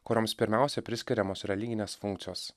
kurioms pirmiausia priskiriamos religinės funkcijos